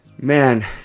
man